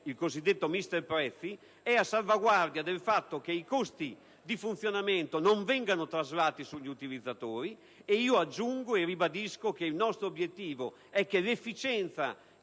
il cosiddetto *Mister* prezzi, che si prevede a salvaguardia del fatto che i costi di funzionamento non vengano traslati sugli utilizzatori. Io aggiungo e ribadisco che il nostro obiettivo è che l'efficienza